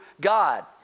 God